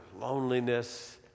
loneliness